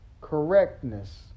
correctness